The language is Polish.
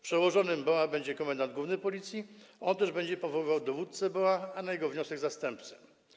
Przełożonym BOA będzie komendant główny Policji, który będzie też powoływał dowódcę BOA i, na jego wniosek, zastępcę.